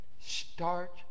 Start